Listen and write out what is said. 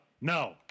No